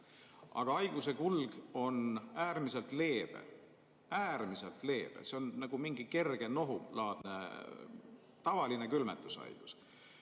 Aga haiguse kulg on äärmiselt leebe. Äärmiselt leebe. See on nagu mingi kerge nohulaadne tavaline külmetushaigus.